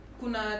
kuna